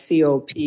COP